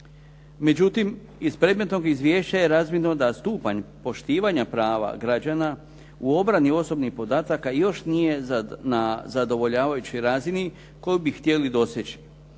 Međutim iz predmetnog izvješća je razvidno da stupanj poštivanja prava građana u obrani osobnih podataka još nije na zadovoljavajućoj razini koju bi htjeli doseći.